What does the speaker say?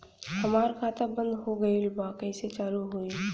हमार खाता बंद हो गईल बा कैसे चालू होई?